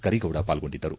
ಕರೀಗೌಡ ಪಾಲ್ಗೊಂಡಿದ್ದರು